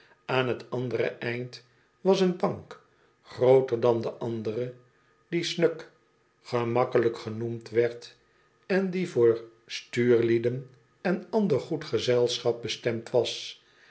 aan t andere eind was eene bank grooter dan de andere die snug gemakkelijk genoemd werd en die voor stuurlui en ander goed gezelschap bestemd was